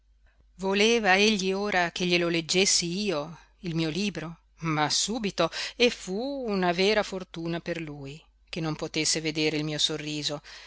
voleva egli ora che glielo leggessi io il mio libro ma subito e fu una vera fortuna per lui che non potesse vedere il mio sorriso